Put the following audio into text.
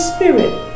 Spirit